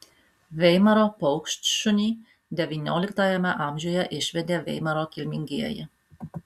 veimaro paukštšunį devynioliktajame amžiuje išvedė veimaro kilmingieji